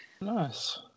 Nice